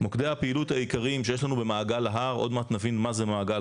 מוקדי הפעילות העיקריים שיש לנו במעגל ההר עוד מעט נבין מה זה מעגל